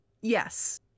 Yes